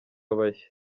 abashya